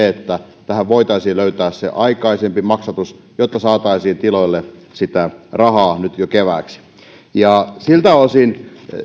että tähän voitaisiin löytää se aikaisempi maksatus jotta saataisiin tiloille sitä rahaa nyt jo kevääksi siltä osin